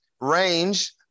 Range